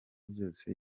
byose